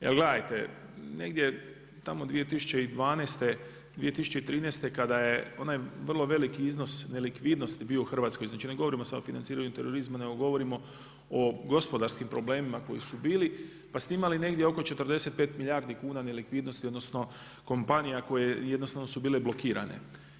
Jer gledajte, negdje tamo 2012., 2013. kada je onaj vrlo veliki iznos nelikvidnosti bio u Hrvatskoj, znači ne govorimo samo o financiranju terorizma nego govorimo o gospodarskim problemima koji su bili, pa ste imali negdje oko 45 milijardi kuna nelikvidnosti, odnosno kompanija koje jednostavno su bile blokirane.